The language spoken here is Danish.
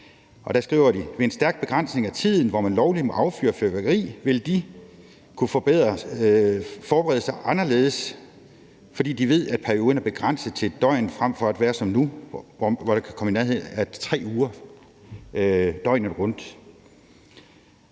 skriver: »Ved en stærk begrænsning af tiden, hvor man lovligt må affyre fyrværkeri, vil de kunne forberede sig anderledes, fordi de ved, at perioden er begrænset til et døgn frem for at være som nu, hvor det kan forekomme i nær ved 3 uger døgnet rundt.«